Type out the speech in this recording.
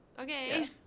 Okay